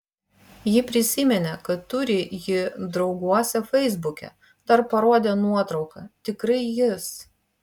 ji prisiminė kad turi jį drauguose feisbuke dar parodė nuotrauką tikrai jis